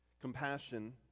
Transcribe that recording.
Compassion